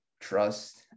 trust